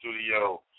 Studio